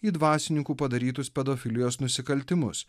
į dvasininkų padarytus pedofilijos nusikaltimus